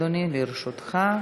אדוני, לרשותך.